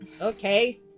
okay